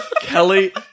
Kelly